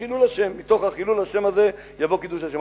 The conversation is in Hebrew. מחילול השם, מתוך חילול השם הזה יבוא קידוש השם.